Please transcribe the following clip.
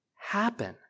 happen